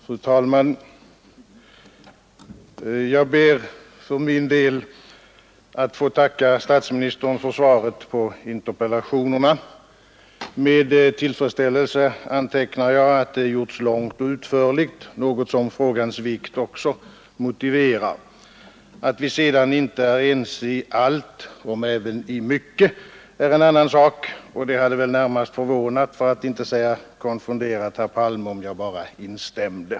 Fru talman! Jag ber för min del att få tacka statsministern för svaret på interpellationerna. Med tillfredsställelse antecknar jag att statsministerns svar gjorts långt och utförligt, något som frågans vikt också motiverar. Att vi sedan inte är ense i allt om även i mycket är en annan sak, och det hade väl närmast förvånat, för att icke säga konfunderat, herr Palme om jag bara instämde.